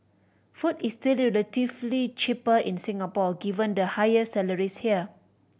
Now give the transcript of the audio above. food is still relatively cheaper in Singapore given the higher salaries here